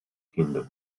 kingdom